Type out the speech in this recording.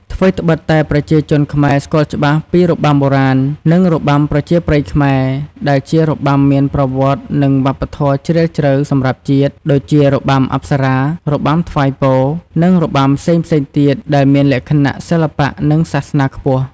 ថ្វីត្បិតតែប្រជាជនខ្មែរស្គាល់ច្បាស់ពី របាំបុរាណ និង របាំប្រជាប្រិយខ្មែរ ដែលជារបាំមានប្រវត្តិ និងវប្បធម៌ជ្រាលជ្រៅសម្រាប់ជាតិ ដូចជា របាំអប្សរា របាំថ្វាយពរ និងរបាំផ្សេងៗទៀតដែលមានលក្ខណៈសិល្បៈ និងសាសនាខ្ពស់។